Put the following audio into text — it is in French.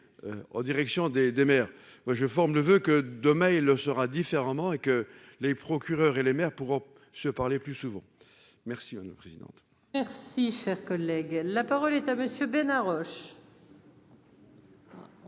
en direction des des maires, moi, je forme le voeu que demain il sera différemment et que les procureurs et les maires pour se parler plus souvent merci à notre présidente. Merci, cher collègue, la parole est à monsieur Bénard Roche.